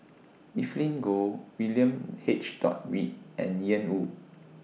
Evelyn Goh William H Dot Read and Ian Woo